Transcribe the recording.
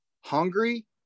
hungry